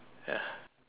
ya